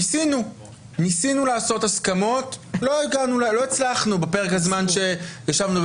ניסינו לעשות הסכמות, לא הצלחנו בפרק הזמן שישבנו.